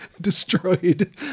destroyed